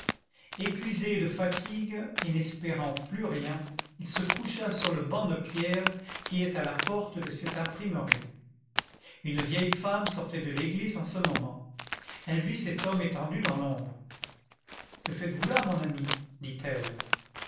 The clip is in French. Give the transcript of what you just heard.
épuisé de fatigue et n'espérant plus rien il se coucha sur le banc de pierre qui est à la porte de cette imprimerie une vieille femme sortait de l'église en ce moment elle vit cet homme étendu dans l'ombre que faites-vous là mon ami dit-elle